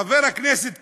חבר הכנסת קיש: